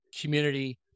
community